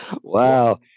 Wow